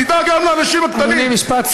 תדאג גם לאנשים הקטנים,